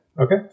Okay